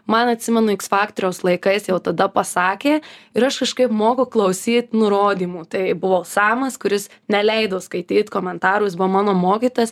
man atsimenu iks faktoriaus laikais jau tada pasakė ir aš kažkaip moku klausyt nurodymų tai buvo samas kuris neleido skaityt komentarų jis buvo mano mokytojas